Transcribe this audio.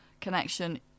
connection